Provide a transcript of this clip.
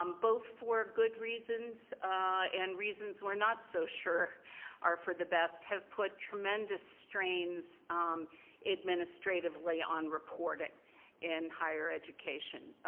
um both for good reasons and reasons we're not so sure are for the best have put tremendous strains administratively on reporting in higher education.